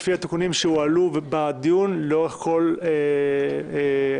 לפי התיקונים שהועלו לאורך כל הדיונים